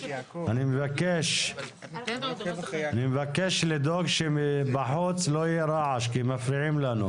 אני מבקש לדאוג שלא יהיה רעש בחוץ כי מפריעים לנו.